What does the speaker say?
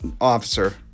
officer